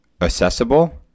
accessible